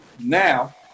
Now